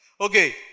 Okay